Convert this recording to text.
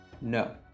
no